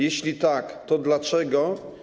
Jeśli tak, to dlaczego?